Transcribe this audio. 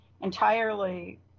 entirely